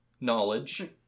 Knowledge